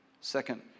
Second